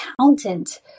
accountant